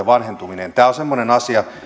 vanhentuminen on semmoinen asia